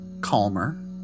calmer